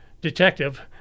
detective